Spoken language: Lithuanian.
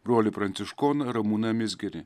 brolį pranciškoną ramūną mizgirį